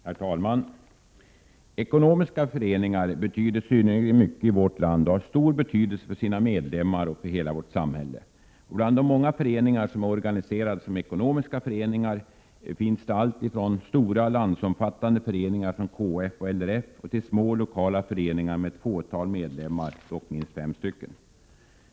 Herr talman! Ekonomiska föreningar betyder synnerligen mycket i vårt land och har stor betydelse för sina medlemmar och för hela vårt samhälle. Bland de många föreningar som är organiserade som ekonomiska föreningar finns alltifrån stora landsomfattande föreningar som KF och LRF till små lokala föreningar med ett fåtal medlemmar, dock minst fem stycken.